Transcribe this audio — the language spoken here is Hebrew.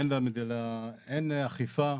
אין אכיפה.